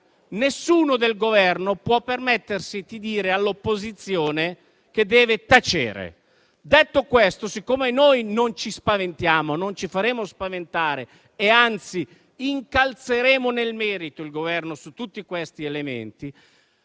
nessuno del Governo può permettersi di dire all'opposizione che deve tacere. Detto questo, siccome noi non ci spaventiamo e non ci faremo spaventare (anzi, incalzeremo nel merito il Governo su tutti questi elementi),